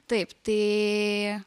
taip tai